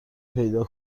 پیدا